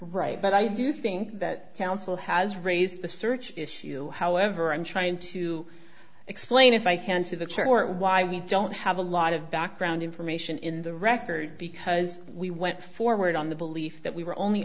right but i do think that counsel has raised the search issue however i'm trying to explain if i can to the church or why we don't have a lot of background information in the record because we went forward on the belief that we were only